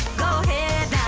go head,